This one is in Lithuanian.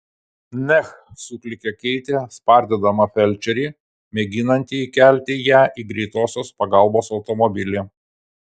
neh suklykė keitė spardydama felčerį mėginantį įkelti ją į greitosios pagalbos automobilį